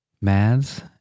Maths